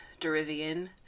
Derivian